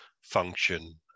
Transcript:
function